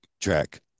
track